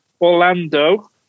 Orlando